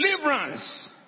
Deliverance